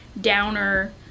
downer